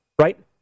right